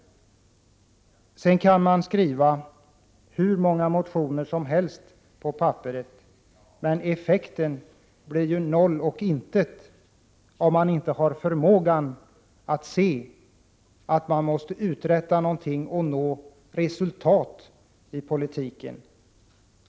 Man kan skriva hur många motioner som helst, men effekten blir noll och intet om man inte förmår att nå resultat i politiken.